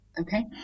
Okay